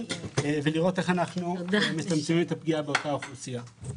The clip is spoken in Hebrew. ולראות איך אנחנו מצמצמים את הפגיעה באותה אוכלוסייה.